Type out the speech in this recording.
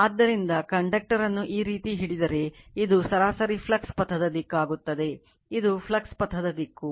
ಆದ್ದರಿಂದ ಕಂಡಕ್ಟರ್ ಅನ್ನು ಈ ರೀತಿ ಹಿಡಿದರೆ ಇದು ಸರಾಸರಿ ಫ್ಲಕ್ಸ್ ಪಥದ ದಿಕ್ಕಾಗುತ್ತದೆ ಇದು ಫ್ಲಕ್ಸ್ ಪಥದ ದಿಕ್ಕು